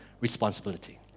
responsibility